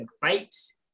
fights